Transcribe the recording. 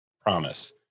Promise